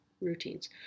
routines